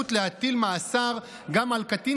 מוצע להחריג את הכלל הקובע שלא יוטל מאסר על קטין